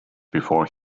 before